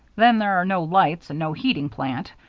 then there are no lights and no heating plant,